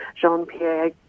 Jean-Pierre